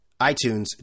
iTunes